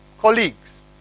colleagues